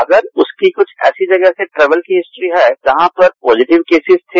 अगर उसकी कुछ ऐसी जगह से ट्रेवल की हिस्ट्री है जहां पर पॉजिटिव केसस थे